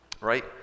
right